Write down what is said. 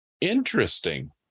interesting